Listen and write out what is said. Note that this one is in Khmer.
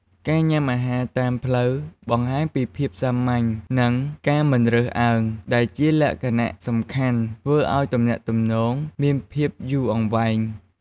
ការញ៉ាំអាហារតាមផ្លូវបង្ហាញពីភាពសាមញ្ញ និងការមិនរើសអើង ដែលជាលក្ខណៈសំខាន់ ធ្វើឲ្យទំនាក់ទំនងមានភាពយូរអង្វែង។